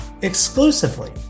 exclusively